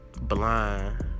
Blind